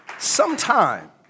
Sometime